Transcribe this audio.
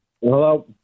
Hello